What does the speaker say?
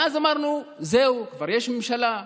ואז אמרנו: זהו, כבר יש ממשלה.